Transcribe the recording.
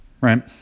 right